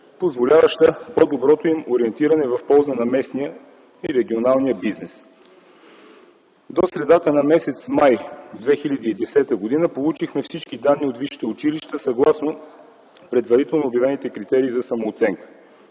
позволяваща по-доброто им ориентиране в полза на местния и регионалния бизнес. До средата на м. май 2010 г. получихме всички данни от висшите училища съгласно предварително обявените критерии за самооценка.